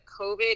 COVID